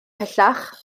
pellach